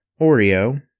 Oreo